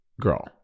Girl